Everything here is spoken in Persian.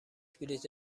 بلیط